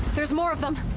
there's more of them!